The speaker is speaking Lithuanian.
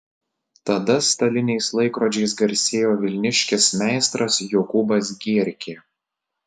tada staliniais laikrodžiais garsėjo vilniškis meistras jokūbas gierkė